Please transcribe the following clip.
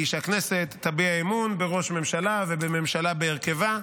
שהכנסת תביע אמון בראש ממשלה ובממשלה בהרכבה,